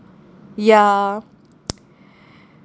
ya